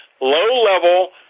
low-level